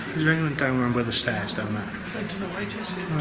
is there anyone down around by the stairs down there i dunno i just